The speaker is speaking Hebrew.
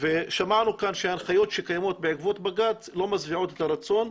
ושמענו כאן שההנחיות שקיימות בעקבות בג"ץ לא משביעות את הרצון.